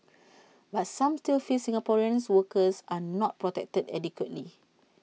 but some still feel Singaporeans workers are not protected adequately